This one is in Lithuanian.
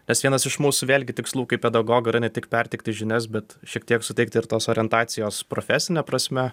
nes vienas iš mūsų vėlgi tikslų kaip pedagogų ne tik perteikti žinias bet šiek tiek suteikti ir tos orientacijos profesine prasme